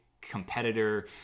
competitor